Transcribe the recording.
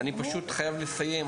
אני פשוט חייב לסיים,